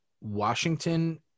Washington